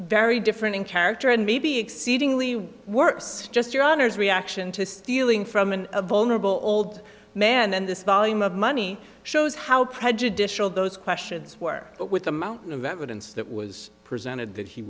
very different in character and maybe exceedingly worse just your honour's reaction to stealing from in a vulnerable old man and this volume of money shows how prejudicial those questions were but with a mountain of evidence that was presented that he